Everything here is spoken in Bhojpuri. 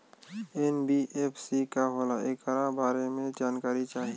एन.बी.एफ.सी का होला ऐकरा बारे मे जानकारी चाही?